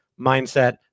mindset